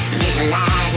visualize